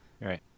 right